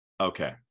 Okay